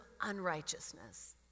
unrighteousness